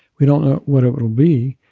we don't know what it will be,